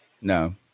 No